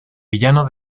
villano